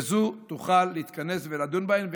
וזו תוכל להתכנס ולדון בהן.